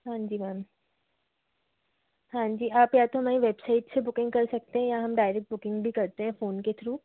हाँ जी मैम हाँ जी आप या तो हमारी वेबसाईट से बुकिंग कर सकते हैं या हम डायरेक्ट बुकिंग भी करते हैं फ़ोन के थ्रू